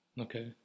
Okay